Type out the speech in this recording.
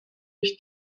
ich